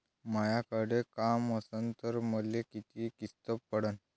मायाकडे काम असन तर मले किती किस्त पडन?